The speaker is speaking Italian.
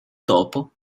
topo